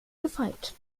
gefeit